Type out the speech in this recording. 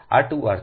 તેથી 6 આર